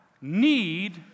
need